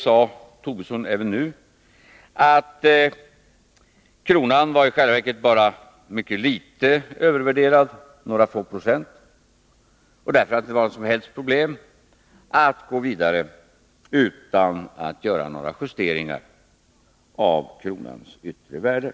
m.m. övervärderad, några få procent, och att det därför inte var några som helst problem att gå vidare utan att göra några justeringar av kronans yttre värde.